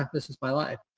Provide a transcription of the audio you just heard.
this is my life.